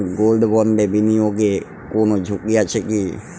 Gold বন্ডে বিনিয়োগে কোন ঝুঁকি আছে কি?